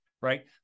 right